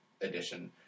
edition